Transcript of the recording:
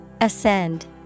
ascend